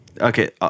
Okay